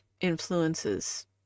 influences